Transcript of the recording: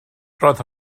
roedd